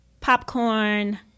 popcorn